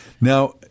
Now